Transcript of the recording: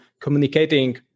communicating